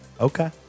Okay